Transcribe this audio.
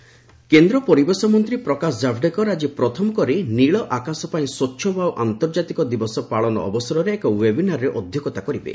ପ୍ରକାଶ ଜାବଡେକର ପରିବେଶମନ୍ତ୍ରୀ ପ୍ରକାଶ ଜାବଡେକର ଆଜି ପ୍ରଥମକରି 'ନୀଳଆକାଶ ପାଇଁ ସ୍ୱଚ୍ଛବାୟୁ' ଆନ୍ତର୍ଜାତିକ ଦିବସ ପାଳନ ଅବସରରେ ଏକ ୱେବିନାରରେ ଅଧ୍ୟକ୍ଷତା କରିବେ